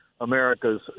America's